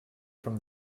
from